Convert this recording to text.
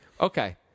Okay